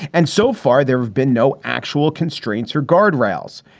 and so far, there have been no actual constraints or guardrails.